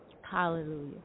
Hallelujah